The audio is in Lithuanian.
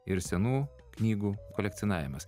ir senų knygų kolekcionavimas